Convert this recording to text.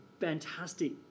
fantastic